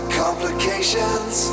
complications